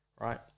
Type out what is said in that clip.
Right